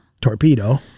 torpedo